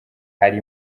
hari